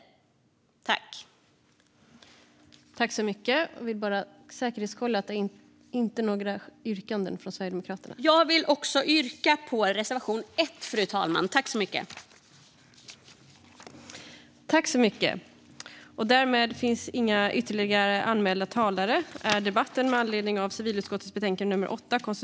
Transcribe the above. Jag yrkar bifall till reservation 1.